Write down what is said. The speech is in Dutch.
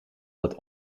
dat